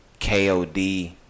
KOD